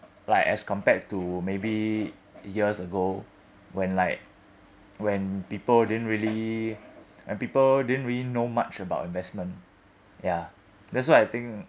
like as compared to maybe years ago when like when people didn't really when people didn't really know much about investment ya that's why I think